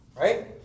Right